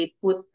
put